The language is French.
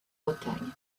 bretagne